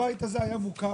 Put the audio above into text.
הבית הזה היה מוכר,